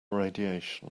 radiation